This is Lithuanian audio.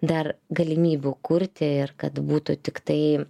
dar galimybių kurti ir kad būtų tiktai